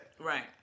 Right